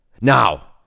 Now